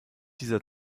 dieser